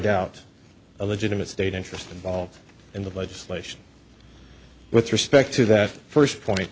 doubt a legitimate state interest involved in the legislation with respect to that first point